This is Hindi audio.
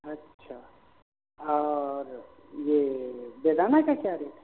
अच्छा और ये बेदाना का क्या रेट है